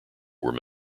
were